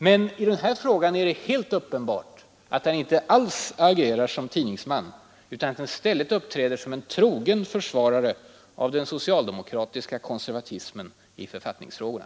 Men i den här frågan är det helt uppenbart att han inte alls agerar som tidningsman utan i stället uppträder som en trogen försvarare av den socialdemokratiska konservatismen i författningsfrågorna.